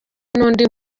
n’undi